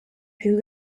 più